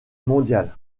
mondial